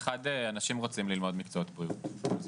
אחד, אנשים רוצים ללמוד מקצועות בריאות, זה